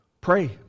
Pray